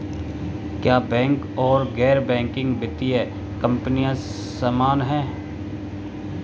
क्या बैंक और गैर बैंकिंग वित्तीय कंपनियां समान हैं?